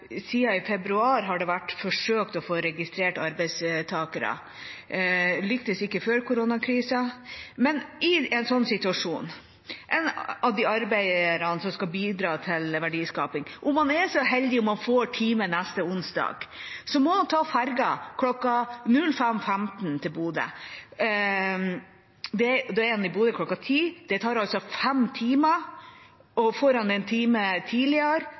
vært forsøkt å få registrert arbeidstakere. Det lyktes heller ikke før koronakrisen. Om en av de arbeiderne som skal bidra til verdiskaping, er så heldig å få time neste onsdag, må han ta ferja kl. 05.15 til Bodø. Da er han i Bodø kl. 10. Det tar altså fem timer. Får han time tidligere,